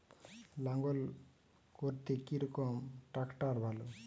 লাঙ্গল করতে কি রকম ট্রাকটার ভালো?